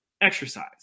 exercise